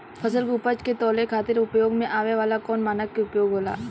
फसल के उपज के तौले खातिर उपयोग में आवे वाला कौन मानक के उपयोग होला?